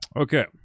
Okay